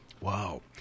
Wow